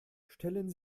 stellen